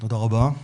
תודה רבה.